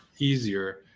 easier